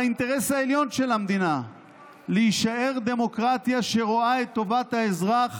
על האינטרס העליון של המדינה להישאר דמוקרטיה שרואה את טובת האזרח